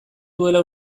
duela